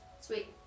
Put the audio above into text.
Sweet